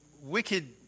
wicked